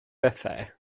bethau